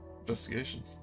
investigation